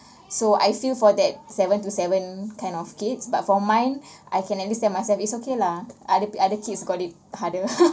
so I feel for that seven to seven kind of kids but for mine I can at least tell myself it's okay lah other P~ other kids got it harder